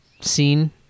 scene